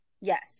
Yes